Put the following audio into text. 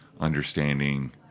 understanding